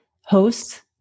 hosts